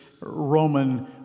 Roman